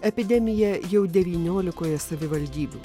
epidemija jau devyniolikoje savivaldybių